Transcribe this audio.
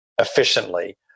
efficiently